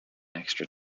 extra